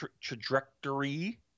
trajectory